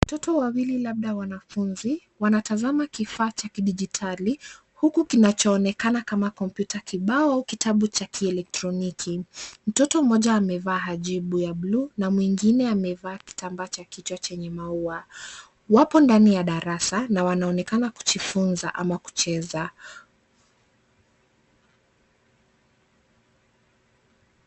Watoto wawili labda wanafunzi, wanatazama kifaa cha kidijitali huku kinachoonekana kama kompyuta kibao kitabu cha kielektroniki. Mtoto mmoja amevaa hajibu ya bluu na mwingine amevaa kitambaa cha kichwa chenye maua. Wapo ndani ya darasa na wanaonekana kujifunza ama kucheza.